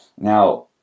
Now